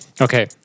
Okay